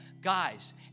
Guys